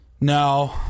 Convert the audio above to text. No